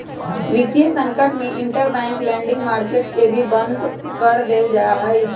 वितीय संकट में इंटरबैंक लेंडिंग मार्केट के बंद भी कर देयल जा हई